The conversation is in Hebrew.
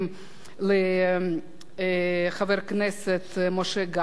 חבר הכנסת משה גפני,